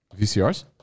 VCRs